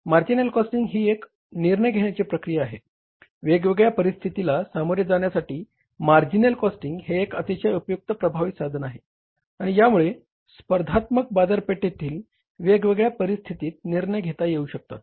marginal costing ही एक निर्णय घेण्याची प्रक्रिया आहे वेगवेगळ्या परिस्थितीला सामोरे जाण्यासाठी मार्जिनल कॉस्टिंग हे एक अतिशय उपयुक्त प्रभावी साधन आहे आणि यामुळे स्पर्धात्मक बाजारपेठेतील वेगवेगळ्या परिस्थितीत निर्णय घेता येऊ शकतात